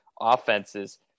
offenses